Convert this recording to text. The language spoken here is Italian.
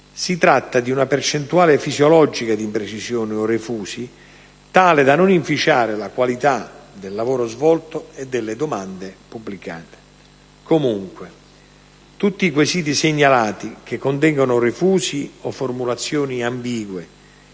Si tratta di una percentuale fisiologica di imprecisioni o refusi tale da non inficiare la qualità del lavoro svolto e delle domande pubblicate. Comunque, tutti i quesiti segnalati che contengono refusi o formulazioni ambigue,